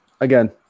again